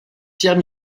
pierre